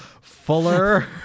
Fuller